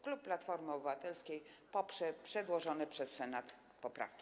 Klub Platformy Obywatelskiej poprze przedłożone przez Senat poprawki.